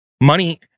Money